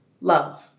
love